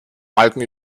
balken